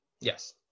Yes